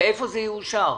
ואיפה זה יאושר?